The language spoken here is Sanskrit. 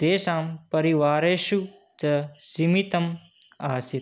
तेषां परिवारेषु च सीमितम् आसीत्